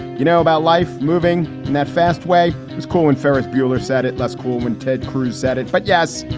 you know, about life. moving that fast way is cool. and ferris bueller said it lets cool when ted cruz said it. but yes,